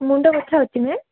ମୁଣ୍ଡ ବଥା ହେଉଛି ମ୍ୟାମ୍